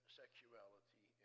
sexuality